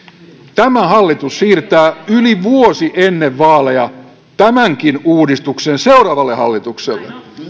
tämä hallitus siirtää yli vuosi ennen vaaleja tämänkin uudistuksen seuraavalle hallitukselle